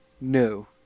No